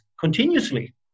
continuously